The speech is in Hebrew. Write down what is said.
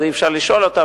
אז אי-אפשר לשאול אותם,